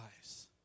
eyes